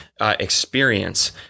experience